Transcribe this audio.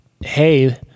hey